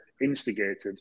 instigated